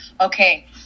okay